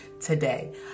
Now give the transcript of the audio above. today